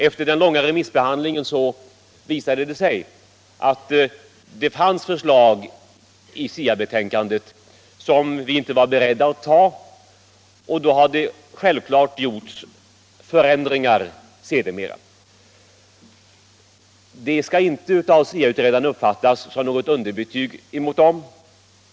Efter den långa remissbehandlingen visade det sig att det fanns förslag i SIA betänkandet som vi inte var beredda att ta, och då har det självfallet sedermera gjorts förändringar. Detta skall inte av SIA-utredarna uppfattas som något underbetyg åt dem.